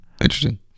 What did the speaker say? Interesting